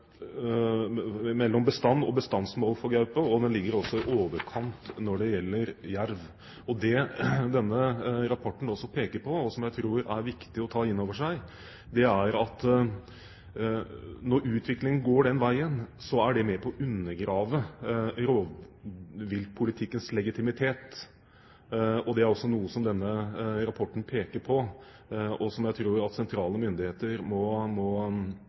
for gaupe, og den ligger også i overkant når det gjelder jerv. Det denne rapporten også peker på, og som jeg tror er viktig å ta inn over seg, er at når utviklingen går den veien, er det med på å undergrave rovviltpolitikkens legitimitet. Det er også noe som denne rapporten peker på, og som jeg tror at sentrale myndigheter må